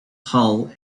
hull